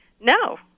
No